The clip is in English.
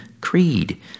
Creed